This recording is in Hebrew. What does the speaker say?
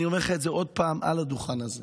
ואני אומר לך את זה עוד פעם מעל הדוכן הזה: